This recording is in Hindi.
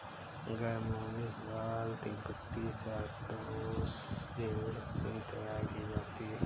गर्म ऊनी शॉल तिब्बती शहतूश भेड़ से तैयार किया जाता है